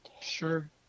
Sure